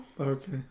Okay